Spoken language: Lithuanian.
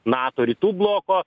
nato rytų bloko